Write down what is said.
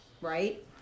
Right